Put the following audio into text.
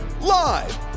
Live